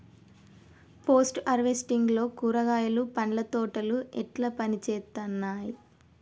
Post harvesting లో కూరగాయలు పండ్ల తోటలు ఎట్లా పనిచేత్తనయ్?